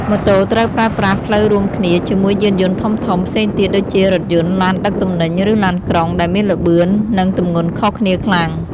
ម៉ូតូត្រូវប្រើប្រាស់ផ្លូវរួមគ្នាជាមួយយានយន្តធំៗផ្សេងទៀតដូចជារថយន្ត ឡានដឹកទំនិញ ឬឡានក្រុង ដែលមានល្បឿន និងទម្ងន់ខុសគ្នាខ្លាំង។